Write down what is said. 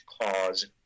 cause